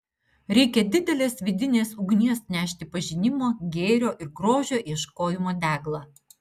reikia didelės vidinės ugnies nešti pažinimo gėrio ir grožio ieškojimo deglą